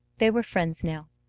they were friends now,